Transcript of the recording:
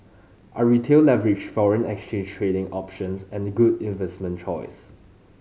are Retail leveraged foreign exchange trading options and a good investment choice